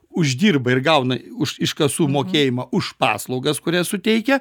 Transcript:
uždirba ir gauna už iš iš kasų mokėjimą už paslaugas kurias suteikia